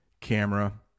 camera